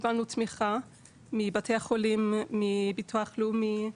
קיבלנו תמיכה מבתי החולים, מביטוח לאומי,